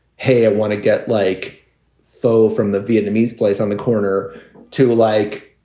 hey, i want to get like pho from the vietnamese place on the corner to like,